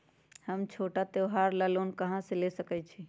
हम छोटा त्योहार ला लोन कहां से ले सकई छी?